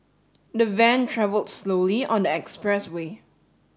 the van travelled slowly on the expressway